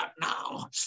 now